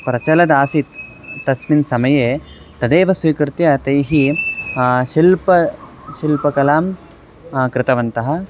प्रचलदासीत् तस्मिन् समये तदेव स्वीकृत्य तैः शिल्पशिल्पकलां कृतवन्तः